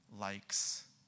Likes